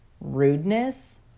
rudeness